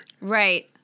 Right